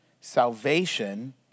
salvation